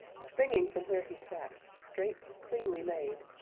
springing from where he sat, straight, cleanly made,